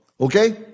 Okay